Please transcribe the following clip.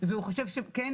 והוא חושב שכן,